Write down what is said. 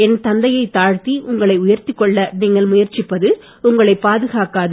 என் தந்தையை தாழ்த்தி உங்களை உயர்த்திக்கொள்ள நீங்கள் முயற்சிப்பது உங்களை பாதுகாக்காது